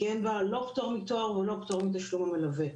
כי אין בה לא פטור מתור ולא פטור מתשלום המלווה.